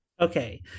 Okay